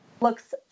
looks